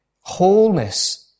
Wholeness